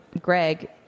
Greg